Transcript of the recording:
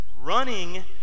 running